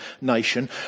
nation